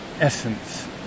essence